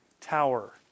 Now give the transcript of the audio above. tower